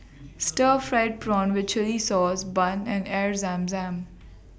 Stir Fried Prawn with Chili Sauce Bun and Air Zam Zam